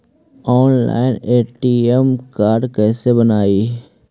Online ATM card कैसे बनाई?